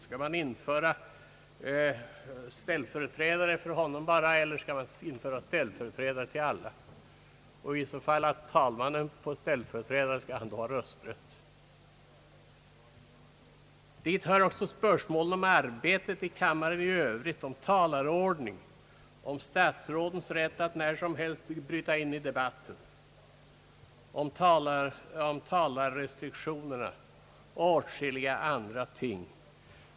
Skall man införa ställföreträdare enbart för honom, eller för alla? Om talmannen representeras av ställföreträdare, skall han då ha rösträtt? Även frågor om arbetet i kammaren för övrigt hör dit, om talarordningen, om statsrådens rätt att när som helst bryta in i debatten, om talarrestriktionerna och åtskilliga andra ting.